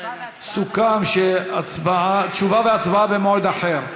סוכם שתשובה והצבעה במועד אחר.